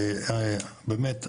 באמת,